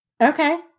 Okay